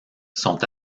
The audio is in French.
sont